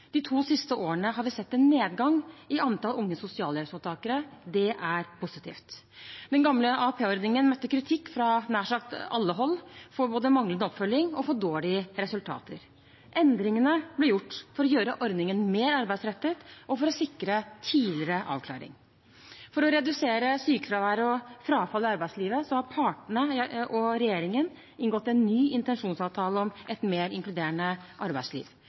De to siste årene har vi sett en nedgang i antall unge sosialhjelpsmottakere. Det er positivt. Den gamle AAP-ordningen møtte kritikk fra nær sagt alle hold for både manglende oppfølging og for dårlige resultater. Endringer ble gjort for å gjøre ordningen mer arbeidsrettet og for å sikre tidligere avklaring. For å redusere sykefravær og frafall i arbeidslivet har partene og regjeringen inngått en ny intensjonsavtale om et mer inkluderende arbeidsliv.